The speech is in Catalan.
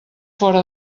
fora